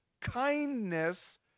kindness